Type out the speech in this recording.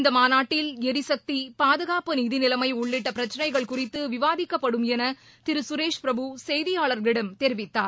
இந்த மாநாட்டில் எரிசக்தி பாதுகாப்பு நிதிநிலமை உள்ளிட்ட பிரச்சனைகள் குறித்து விவாதிக்கப்படும் என திரு சுரேஷ் பிரபு செய்தியாளர்களிடம் தெரிவித்தார்